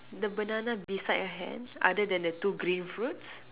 the banana beside her hand other than the two green fruits